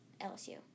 LSU